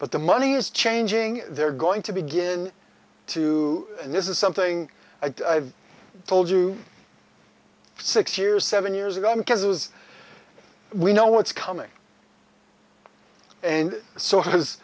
but the money's changing they're going to begin to and this is something i've told you six years seven years ago i'm causes we know what's coming and so